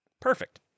perfect